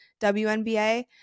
WNBA